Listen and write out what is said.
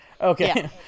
Okay